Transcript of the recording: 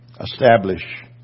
establish